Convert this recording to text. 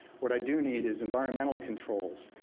what i do need is environmental controls,